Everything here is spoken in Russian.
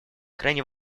крайне